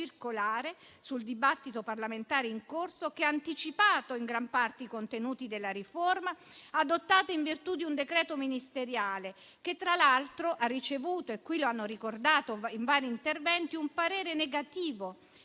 tesa, nel dibattito parlamentare in corso, con una circolare, che ha anticipato in gran parte i contenuti della riforma, adottata in virtù di un decreto ministeriale che, tra l'altro, ha ricevuto, come qui è stato ricordato in vari interventi, un parere negativo